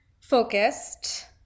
focused